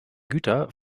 güter